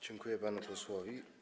Dziękuję panu posłowi.